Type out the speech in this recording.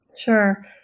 Sure